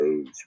age